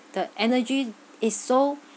the energy is so